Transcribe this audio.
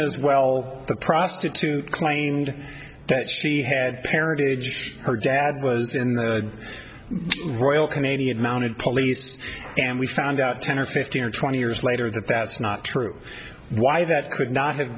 as well the prostitute claimed that she had parentage her dad was in the royal canadian mounted police and we found out ten or fifteen or twenty years later that that's not true why that could not have